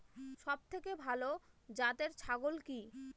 সবথেকে ভালো জাতের ছাগল কি?